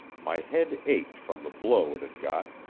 my head ached from the blow it had got,